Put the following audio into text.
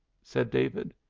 said david.